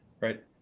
right